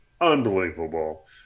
unbelievable